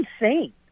insane